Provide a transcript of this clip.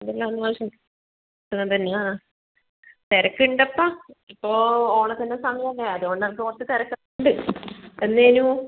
എന്തെല്ലാമാണ് മാഷേ സുഖം തന്നെയാണോ തിരക്ക് ഉണ്ടപ്പാ ഇപ്പോൾ ഓണത്തിൻ്റെ സമയം അല്ലേ അതുകൊണ്ട് അനക്ക് കുറച്ച് തിരക്ക് ഉണ്ട് എന്തേനു